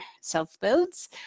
self-builds